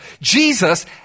Jesus